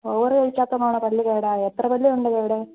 over കഴിക്കാത്തപ്പഴാണോ പല്ല് കേടായത് എത്ര പല്ല് ഉണ്ട് കേട്